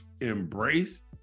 embrace